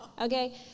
okay